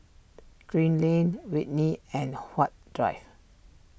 Green Lane Whitley and Huat Drive